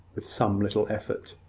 with some little effort.